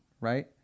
right